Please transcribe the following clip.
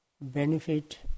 benefit